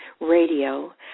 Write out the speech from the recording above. radio